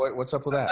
what's up with that?